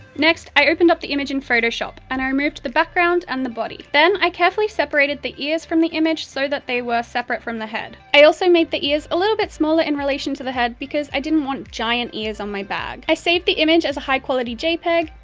next, i opened up the image in photoshop and i removed the background and the body. then, i carefully separated the ears from the image so that they were separate from the head. i also made the ears a little bit smaller in relation to the head, because i didn't want giant ears on my bag. i saved the image as a high quality jpeg,